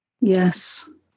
Yes